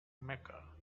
mecca